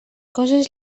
coses